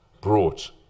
brought